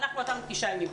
אנחנו 9 ימים.